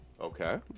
Okay